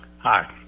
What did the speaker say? Hi